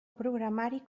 programari